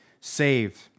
saved